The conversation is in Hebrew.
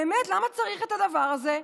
באמת, למה צריך את הדבר הזה?